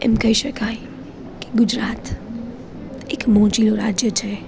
એમ કહી શકાય કે ગુજરાત એક મોજીલું રાજ્ય છે